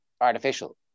artificial